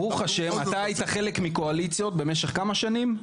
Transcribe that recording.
ברוך השם, אתה היית חלק מקואליציות במשך כמה שנים?